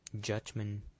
judgment